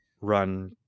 run